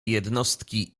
jednostki